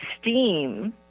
steam